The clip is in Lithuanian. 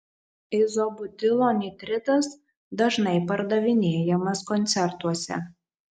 izobutilo nitritas dažnai pardavinėjamas koncertuose